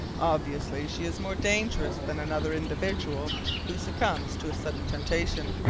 obviously she is more dangerous than another individual who succumbs to a sudden temptation.